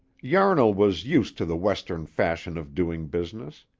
yarnall was used to the western fashion of doing business.